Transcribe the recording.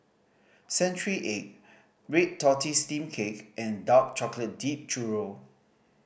century egg red tortoise steamed cake and dark chocolate dipped churro